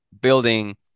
building